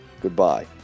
Goodbye